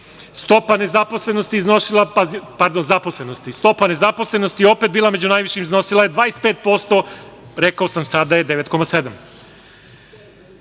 Stopa nezaposlenosti je opet bila među najvišim, iznosila je 25%, rekao sam sada je 9,7%.